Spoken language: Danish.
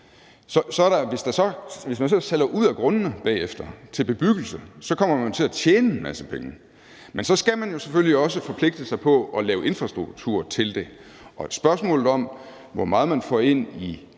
Hvis man så sælger ud af grundene bagefter til bebyggelse, kommer man til at tjene en masse penge, men så skal man jo selvfølgelig også forpligte sig på at lave infrastruktur til det, og spørgsmålet om, hvor meget man får ind i